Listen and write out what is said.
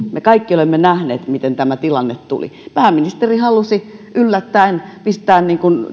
me kaikki olemme nähneet miten tämä tilanne tuli pääministeri halusi yllättäen pistää